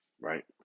right